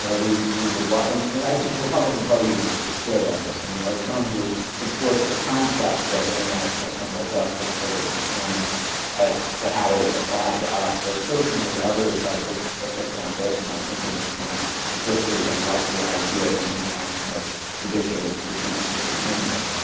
know, we we would like and and i think the republican party even is sort of split on this. i mean, there are some who support the concept of international criminal justice but are concerned as to how it is applied to us. there are certainly others i would put john bolton, i think, in this camp that just really don't like the idea of an international judicial institution to begin with.